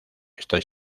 estoy